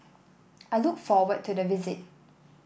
I look forward to the visit